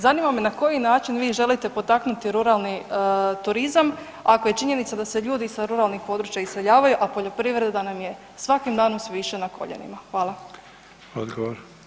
Zanima me na koji način vi želite potaknuti ruralni turizam ako je činjenica da se ljudi sa ruralnih područja iseljavaju, a poljoprivreda nam je svakim danom sve više na koljenima.